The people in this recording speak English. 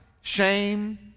shame